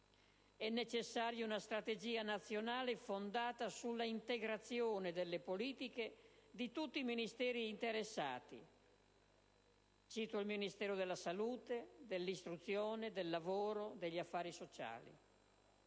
È necessaria una strategia nazionale, fondata sulla integrazione delle politiche di tutti i Ministeri interessati (cito il Ministero della salute e quelli dell'istruzione, del lavoro, degli affari sociali),